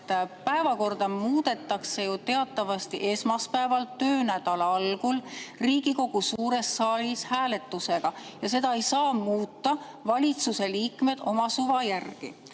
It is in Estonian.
Päevakorda muudetakse ju teatavasti esmaspäeval, töönädala algul Riigikogu suures saalis hääletusega. Seda ei saa muuta valitsuse liikmed oma suva järgi.